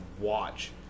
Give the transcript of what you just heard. watch